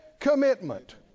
commitment